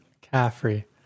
Caffrey